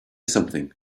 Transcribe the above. something